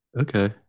Okay